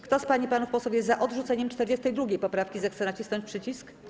Kto z pań i panów posłów jest za odrzuceniem 42. poprawki, zechce nacisnąć przycisk.